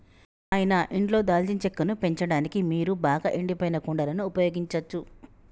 నాయిన ఇంట్లో దాల్చిన చెక్కను పెంచడానికి మీరు బాగా ఎండిపోయిన కుండలను ఉపయోగించచ్చు